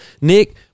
Nick